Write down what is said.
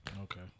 Okay